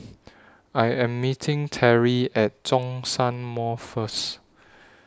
I Am meeting Terrie At Zhongshan Mall First